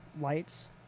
lights